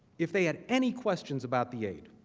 if they had any questions about the aide.